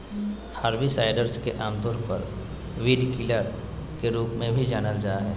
herbicides के आमतौर पर वीडकिलर के रूप में भी जानल जा हइ